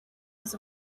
was